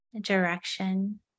direction